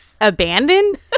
abandoned